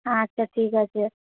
আচ্ছা ঠিক আছে